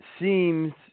seems